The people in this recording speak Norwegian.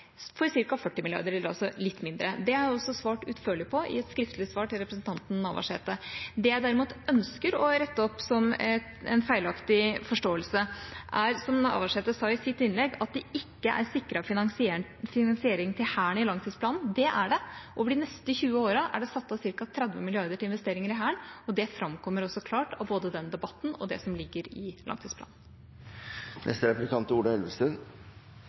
for ca. 40 mrd. kr eller litt mindre. Det har jeg også svart utførlig på i et skriftlig svar til representanten Navarsete. Det jeg derimot ønsker å rette opp som en feilaktig forståelse, er, som representanten Navarsete sa i sitt innlegg, at Hæren ikke er sikret finansiering i langtidsplanen. Det er den. Over de neste 20 årene er det satt av ca. 30 mrd. kr til investeringer i Hæren, og det framkommer klart av både denne debatten og det som ligger i langtidsplanen. Litt om det samme: Vi lever i en usikker verden, og det er